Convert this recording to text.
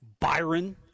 Byron